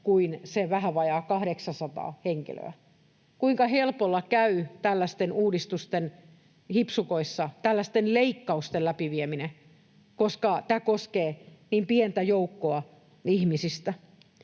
kuin se vähän vajaa 800 henkilöä. Kuinka helpolla käy tällaisten uudistusten, hipsukoissa ”tällaisten leikkausten”, läpivieminen, koska tämä koskee niin pientä joukkoa ihmisistä.